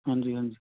ਹਾਂਜੀ ਹਾਂਜੀ